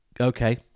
Okay